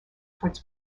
towards